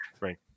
Right